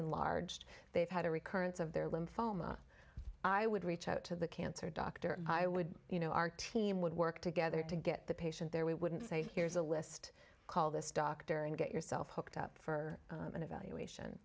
enlarged they've had a recurrence of their lymphoma i would reach out to the cancer doctor i would you know our team would work together to get the patient there we wouldn't say here's a list call this doctor and get yourself hooked up for an evaluation